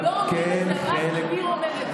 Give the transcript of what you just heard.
הם לא אומרים את זה, רק אביר אומר את זה.